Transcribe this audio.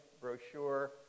brochure